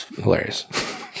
hilarious